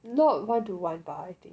not one to one but I think